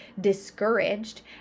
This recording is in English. discouraged